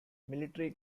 military